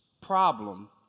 problem